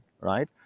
right